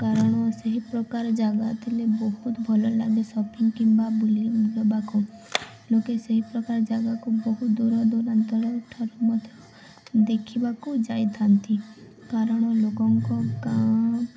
କାରଣ ସେହି ପ୍ରକାର ଜାଗା ଥିଲେ ବହୁତ ଭଲ ଲାଗେ ସପିଙ୍ଗ କିମ୍ବା ବୁଲିବାକୁ ଲୋକେ ସେହି ପ୍ରକାର ଜାଗାକୁ ବହୁ ଦୂରଦୂରାନ୍ତରଠାରୁ ମଧ୍ୟ ଦେଖିବାକୁ ଯାଇଥାନ୍ତି କାରଣ ଲୋକଙ୍କ କାମ